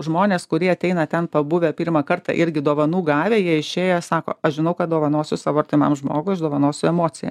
žmonės kurie ateina ten pabuvę pirmą kartą irgi dovanų gavę jie išėję sako aš žinau ką dovanosiu savo artimam žmogui aš dovanosiu emociją